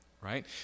right